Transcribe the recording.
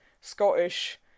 Scottish